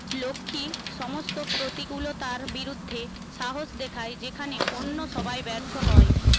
লক্ষ্মী সমস্ত প্রতিকূলতার বিরুদ্ধে সাহস দেখায় যেখানে অন্য সবাই ব্যর্থ হয়